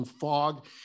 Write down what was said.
fog